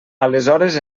aleshores